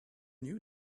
new